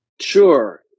Sure